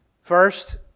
First